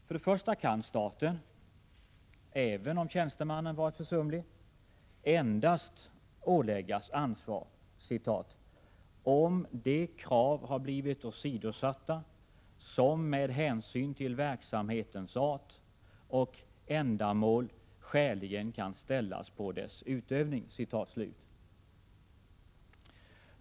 För det första kan staten, även om en tjänsteman varit försumlig, endast åläggas ansvar ”om de krav har blivit åsidosatta som med hänsyn till verksamhetens art och ändamål skäligen kan ställas på dess utövning”.